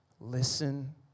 listen